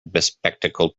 bespectacled